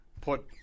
put